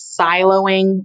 siloing